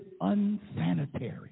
unsanitary